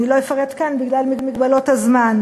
אני לא אפרט כאן בגלל מגבלות הזמן.